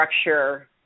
structure